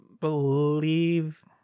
believe